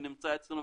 שנמצא אצלנו,